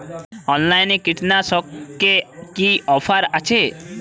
অনলাইনে কীটনাশকে কি অফার আছে?